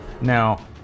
now